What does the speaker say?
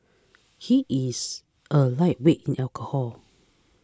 he is a lightweight in alcohol